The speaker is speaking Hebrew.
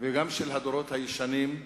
וגם של הדורות הישנים,